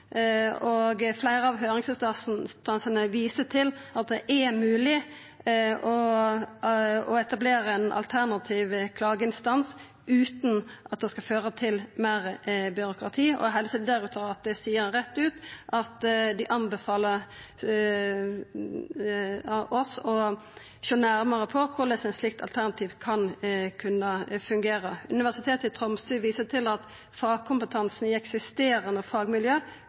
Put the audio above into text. og fleire av høyringsinstansane viser til at det er mogleg å etablera ein alternativ klageinstans utan at det fører til meir byråkrati. Helsedirektoratet seier rett ut at dei anbefaler oss å sjå nærare på korleis eit slikt alternativ kan fungera. Universitetet i Tromsø viser til at fagkompetansen i eksisterande fagmiljø